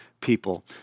people